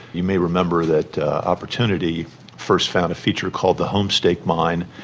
you may remember that opportunity first found a feature called the homestake mine,